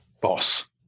boss